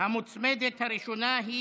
הרבה הערכה.